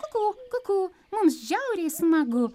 kukū kukū mums žiauriai smagu